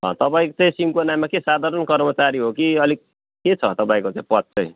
तपाईँ चाहिँ सिन्कोनामा के साधारण कर्मचारी हो कि अलिक के छ तपाईँको चाहिँ पद चाहिँ